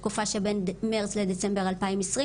בתקופה של בין מרץ לדצמבר 2020,